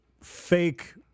fake